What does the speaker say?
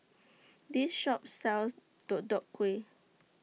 This Shop sells Deodeok Gui